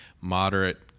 moderate –